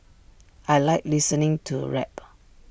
I Like listening to rap